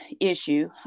issue